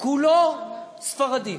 כולו ספרדי,